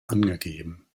angegeben